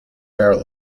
barrel